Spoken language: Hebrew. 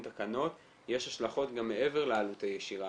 תקנות יש השלכות גם מעבר לעלות הישירה.